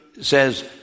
says